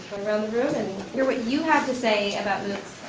around the room, and hear what you have to say about moocs.